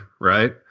right